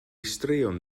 straeon